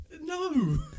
No